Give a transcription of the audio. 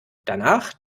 danach